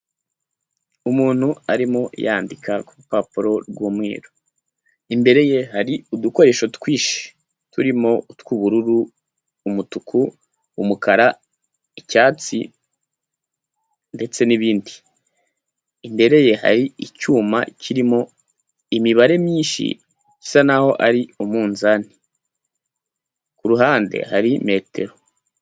Umuntu arimo yandika ku rupapuro rw'umweru, imbere ye hari udukoresho twinshi turimo utw'ubururu, umutuku, umukara, icyatsi ndetse n'ibindi. Imbere ye hari icyuma kirimo imibare myinshi bisa naho ari umunzani, ku ruhande hari metero.